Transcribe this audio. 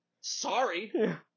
sorry